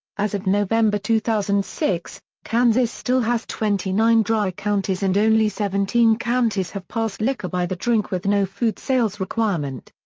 as of november two thousand and six, kansas still has twenty nine dry counties and only seventeen counties have passed liquor-by-the-drink with no food sales requirement.